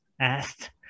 Asked